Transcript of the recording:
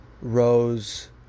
Rose